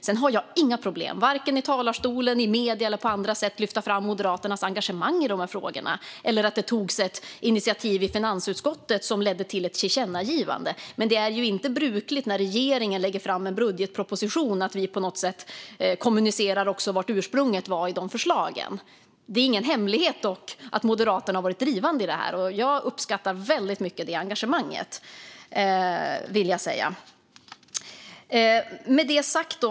Sedan har jag inga problem med att vare sig i talarstolen, i medier eller i andra sammanhang lyfta fram Moderaternas engagemang i de här frågorna eller att det togs ett initiativ i finansutskottet som ledde till ett tillkännagivande. Men när regeringen lägger fram en budgetproposition är det ju inte brukligt att vi kommunicerar ursprunget till förslagen. Det är dock ingen hemlighet att Moderaterna har varit drivande i detta, och jag uppskattar väldigt mycket engagemanget.